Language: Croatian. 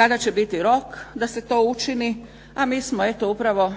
kada će biti rok da se to učini, a mi smo eto upravo